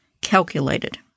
calculated